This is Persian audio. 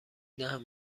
دهم